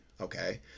okay